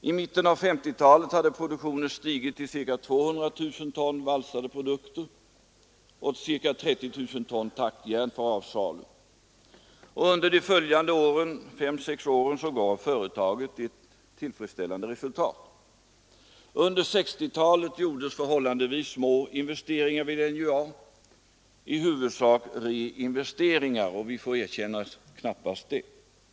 I mitten av 1950-talet hade produktionen stigit till ca 200 000 ton valsade produkter och till ca 30 000 ton tackjärn för avsalu. Under de följande fem å sex åren gav företaget tillfredsställande resultat. Under 1960-talet gjordes förhållandevis små investeringar vid NJA, i huvudsak reinvesteringar och — vi får erkänna det — knappast ens sådana i full utsträckning.